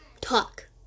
talk